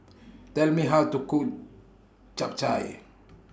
Tell Me How to Cook Japchae